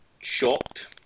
shocked